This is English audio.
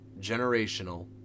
Generational